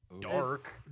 dark